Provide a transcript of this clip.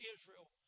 Israel